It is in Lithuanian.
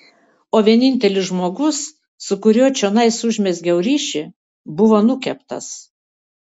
o vienintelis žmogus su kuriuo čionais užmezgiau ryšį buvo nukeptas